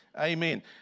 Amen